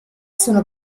sono